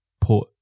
put